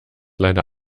leider